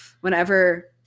whenever